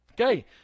Okay